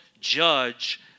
judge